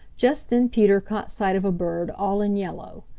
just then peter caught sight of a bird all in yellow.